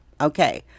Okay